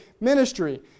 ministry